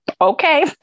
okay